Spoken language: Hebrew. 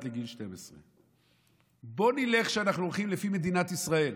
לגיל 12. בוא נלך לפי מדינת ישראל,